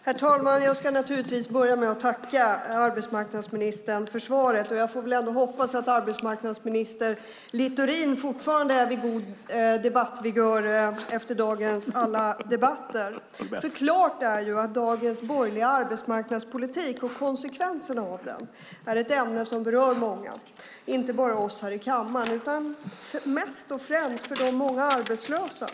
Herr talman! Jag vill börja med att tacka arbetsmarknadsministern för svaret. Jag hoppas att arbetsmarknadsminister Littorin fortfarande är vid god debattvigör efter dagens alla debatter. Klart är att dagens borgerliga arbetsmarknadspolitik och konsekvenserna av den är ett ämne som berör många, inte bara oss här i kammaren utan mest och främst de många arbetslösa.